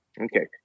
Okay